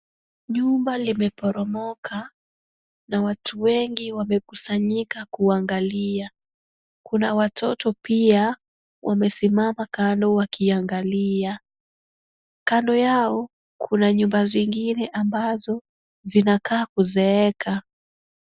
Nyumba limeporomoka na watu wengi wamekusanyika kuangalia. Kuna watoto pia wamesimama kando wakiangalia. Kando yao kuna nyumba zingine ambazo zinakaa kuzeeka.